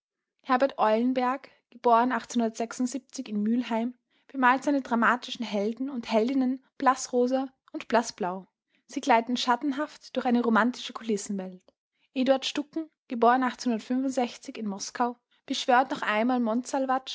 eulenberg in mühlheim bemalt seine dramatischen helden und heldinnen blaßrosa und blaßblau sie gleiten schattenhaft durch eine romantische kulissenwelt e ducken in moskau beschwört noch einmal